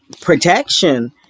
protection